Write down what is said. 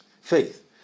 faith